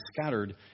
scattered